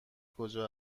کجا